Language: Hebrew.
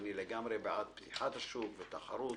ואני לגמרי בעד פתיחת השוק ותחרות.